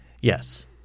Yes